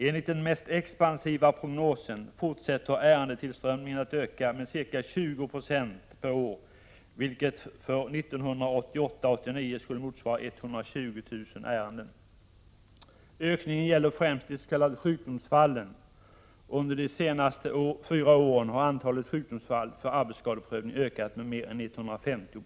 Enligt den mest expansiva prognosen fortsätter ärendetillströmningen att öka med ca 20 96 per år, vilket för 1988-1989 skulle motsvara 120 000 ärenden. Ökningen gäller främst de s.k. sjukdomsfallen. Under de senaste fyra åren har antalet sjukdomsfall för arbetsskadeprövning ökat med mer än 150 90.